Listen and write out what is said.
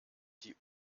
die